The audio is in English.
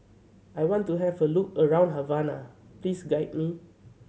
I want to have a look around Havana please guide me